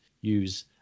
use